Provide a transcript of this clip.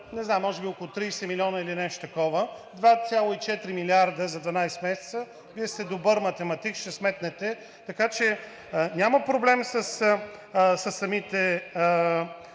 не знам, може би около 30 милиона или нещо такова – 2,4 милиарда за 12 месеца, Вие сте добър математик, ще сметнете, така че няма проблем със самите